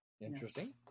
Interesting